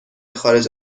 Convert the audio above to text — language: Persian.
خارج